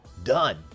done